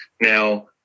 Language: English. Now